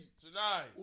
tonight